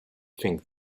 think